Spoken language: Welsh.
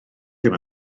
ddim